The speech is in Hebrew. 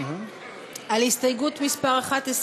על הסתייגות מס' 11,